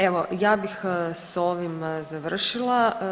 Evo, ja bih s ovim završila.